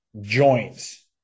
joints